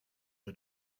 are